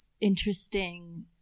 interesting